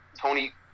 Tony